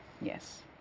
yes